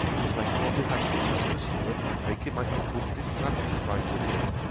if i thought they had views to serve by making my uncles dissatisfied with me.